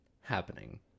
happening